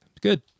good